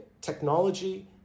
technology